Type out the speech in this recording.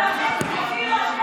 שנה וחצי אפילו אתם,